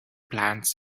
plants